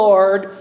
Lord